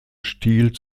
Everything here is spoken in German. stil